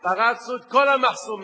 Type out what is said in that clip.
פרצנו את כל המחסומים.